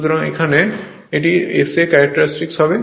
সুতরাং এখানে এটি SA ক্যারেক্টারিস্টিক হবে